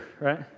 right